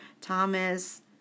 Thomas